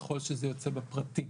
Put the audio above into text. ככל שזה יוצא בפרטי.